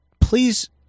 please